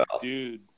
dude